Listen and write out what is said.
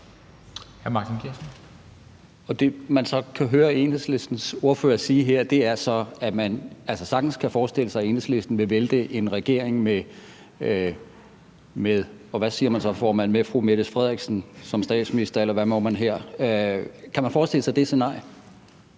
Det, man så kan høre Enhedslistens ordfører sige her, er, at man sagtens kan forestille sig, at Enhedslisten vil vælte en regering med – og hvad siger man så, formand? – med fru Mette Frederiksen som statsminister – eller hvad må man her? Kan man forestille sig det scenarie?